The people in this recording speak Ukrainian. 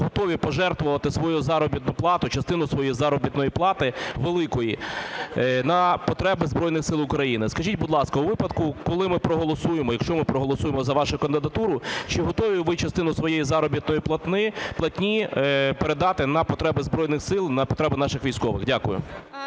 готові пожертвувати свою заробітну плату, частину своєї заробітної плати, великої, на потреби Збройних Сил України. Скажіть, будь ласка, у випадку, коли ми проголосуємо, якщо ми проголосуємо за вашу кандидатуру, чи готові ви частину своєї заробітної платні передати на потреби Збройних Сил, на потребу наших військових? Дякую.